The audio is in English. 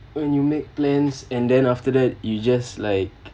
when you make plans and then after that you just like